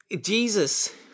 Jesus